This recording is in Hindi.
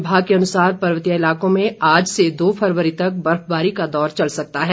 विभाग के अनुसार पर्वतीय इलाकों में आज से दो फरवरी तक बर्फबारी का दौर चल सकता है